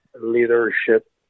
leadership